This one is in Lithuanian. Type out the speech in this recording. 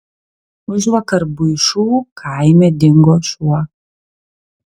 užvakar buišų kaime dingo šuo